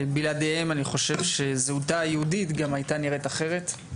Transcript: בלעדיהם אני חושב שזהותה היהודית גם הייתה נראית אחרת.